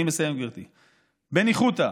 אני מסיים, גברתי, בניחותא.